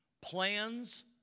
plans